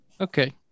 Okay